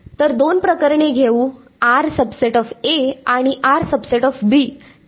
तर दोन प्रकरणे घेऊ आणि ठीक